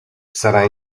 sarà